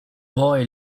boy